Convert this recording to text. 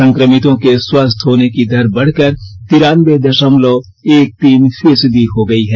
संकमितो के स्वस्थ होने की दर बढ़कर तिरानवे द ामलव एक तीन फीसदी हो गई है